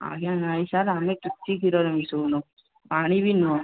ଆଜ୍ଞା ନାଇ ସାର୍ ଆମେ କିଛି କ୍ଷୀରରେ ମିଶଉନୁ ପାଣି ବି ନୁହଁ